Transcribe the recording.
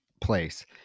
place